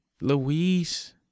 Louise